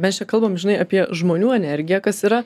mes čia kalbam žinai apie žmonių energiją kas yra